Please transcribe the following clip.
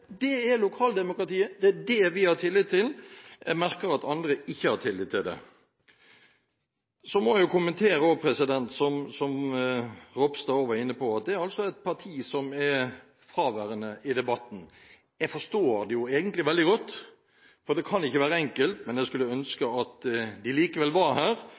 Det er lokaldemokratiet, og det er det vi har tillit til. Jeg merker at andre ikke har tillit til det. Jeg må kommentere – som Ropstad også var inne på – at det er ett parti som er fraværende i debatten. Jeg forstår det egentlig veldig godt, for det kan ikke være enkelt, men jeg skulle ønske at de likevel var her